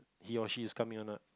he or she is coming or not